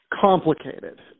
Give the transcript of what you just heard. complicated